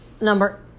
number